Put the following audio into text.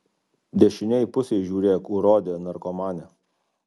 dešinėj pusėj žiūrėk urode narkomane